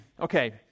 okay